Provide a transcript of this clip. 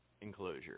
enclosure